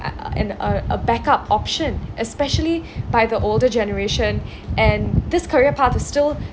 uh uh an a a backup option especially by the older generation and this career path is still